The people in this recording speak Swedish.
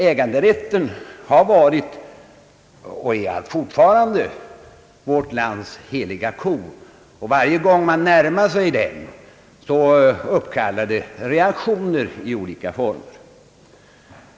Äganderätten har varit och är fortfarande en helig ko i vårt land, och varje gång man närmar sig den framkallar det reaktioner i olika former.